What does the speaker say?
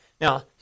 Now